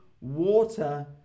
water